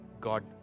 God